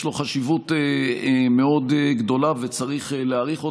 יש לו חשיבות מאוד גדולה, וצריך להעריך אותה.